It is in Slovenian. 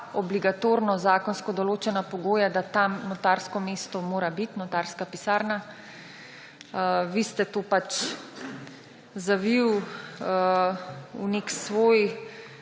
obligatorno, zakonsko določena pogoja, da tam notarsko mesto mora biti, notarska pisarna. Vi ste to zavili v nek svoj